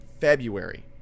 February